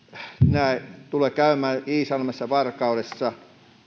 näin tulee käymään iisalmessa varkaudessa